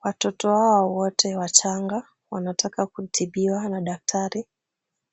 Watoto hawa wote wachanga wanataka kutibiwa na daktari